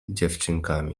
dziewczynkami